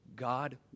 God